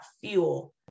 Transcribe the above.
fuel